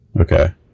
Okay